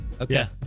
Okay